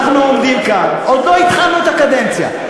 אנחנו עומדים כאן, עוד לא התחלנו את הקדנציה.